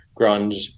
grunge